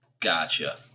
Gotcha